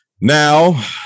Now